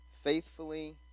Faithfully